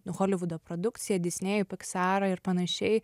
holivudo produkciją disnėjų piksarą ir panašiai